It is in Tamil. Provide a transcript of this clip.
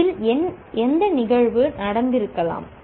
இதில் எந்த நிகழ்வுகள் நடந்திருக்கலாம்